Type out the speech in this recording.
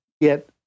get